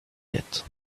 yet